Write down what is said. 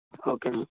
okay